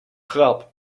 grap